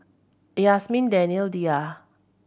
Yasmin Danial Dhia